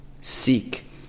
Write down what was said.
Seek